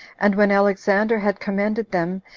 and when alexander had commended them,